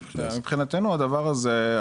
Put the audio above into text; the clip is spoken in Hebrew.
מבחינתנו הדבר הזה,